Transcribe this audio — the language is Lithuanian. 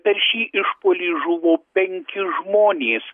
per šį išpuolį žuvo penki žmonės